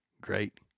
great